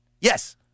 Yes